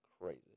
crazy